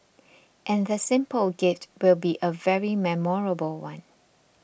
and the simple gift will be a very memorable one